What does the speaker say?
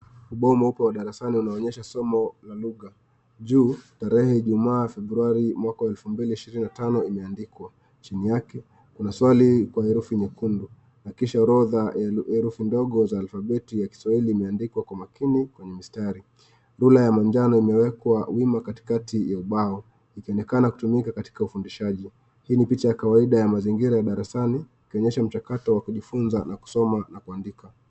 Ubao mweupe wa darasani unaonyesha somo la lugha. Juu, tarehe Ijumaa, Februari, mwaka 2025 imeandikwa. Chini yake, kuna swali kwa herufi nyekundu. Na kisha orodha ya herufi ndogo za alfabeti ya Kiswahili imeandikwa kwa makini kwenye mistari. Rula ya manjano imewekwa wima katikati ya ubao, ikionekana kutumika katika ufundishaji. Hii ni picha ya kawaida ya mazingira ya darasani, ikionyesha mchakato wa kujifunza na kusoma na kuandika.